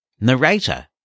Narrator